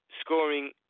scoring